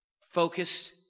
focus